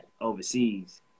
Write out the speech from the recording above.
overseas